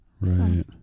right